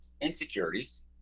insecurities